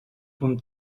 punt